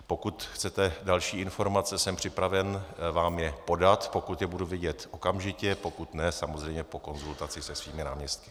Pokud chcete další informace, jsem připraven vám je podat, pokud je budu vědět okamžitě, pokud ne, samozřejmě po konzultaci se svými náměstky.